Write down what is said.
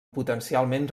potencialment